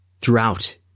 throughout